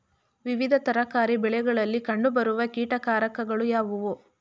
ವಿವಿಧ ತರಕಾರಿ ಬೆಳೆಗಳಲ್ಲಿ ಕಂಡು ಬರುವ ಕೀಟಕಾರಕಗಳು ಯಾವುವು?